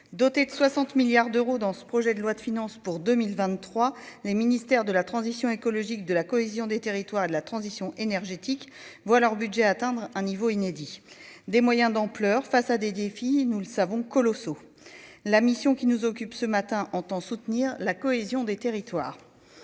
doté de 60 milliards d'euros dans ce projet de loi de finances pour 2023, les ministères de la transition écologique de la cohésion des territoires de la transition énergétique voient leur budget atteindre un niveau inédit des moyens d'ampleur face à des défis, nous le savons colossaux, la mission qui nous occupe ce matin entend soutenir la cohésion des territoires